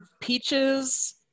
peaches